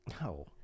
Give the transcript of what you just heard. No